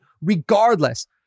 regardless